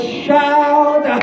shout